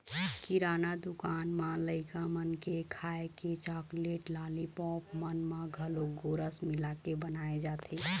किराना दुकान म लइका मन के खाए के चाकलेट, लालीपॉप मन म घलोक गोरस मिलाके बनाए जाथे